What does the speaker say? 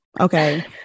Okay